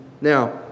Now